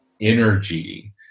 energy